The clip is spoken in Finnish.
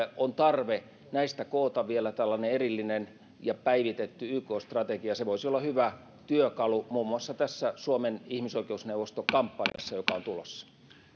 on tarve näistä koota vielä tällainen erillinen ja päivitetty yk strategia se voisi olla hyvä työkalu muun muassa tässä suomen ihmisoikeusneuvostokampanjassa joka on tulossa